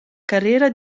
carriera